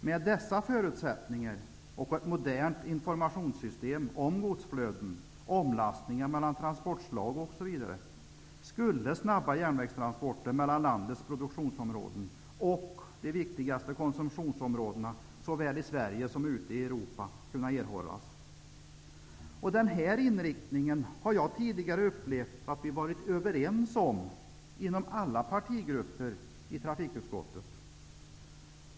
Med dessa förutsättningar och ett modernt informationssystem om godsflöden, omlastningar mellan transportslag osv. skulle snabba järnvägstransporter mellan landets produktionsområden och de viktigaste konsumtionsområdena såväl i Sverige som ute i Europa kunna erhållas. Denna inriktning har jag tidigare upplevt att vi varit överens om inom alla partigrupper i trafikutskottet.